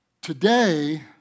today